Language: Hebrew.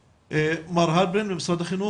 מר הלפרין ממשרד החינוך.